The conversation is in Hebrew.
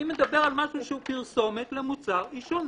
אני מדבר על משהו שהוא פרסומת למוצר עישון.